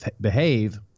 behave